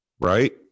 Right